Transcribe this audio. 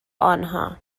آنها